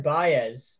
Baez